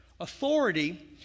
authority